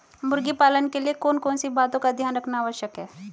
मुर्गी पालन के लिए कौन कौन सी बातों का ध्यान रखना आवश्यक है?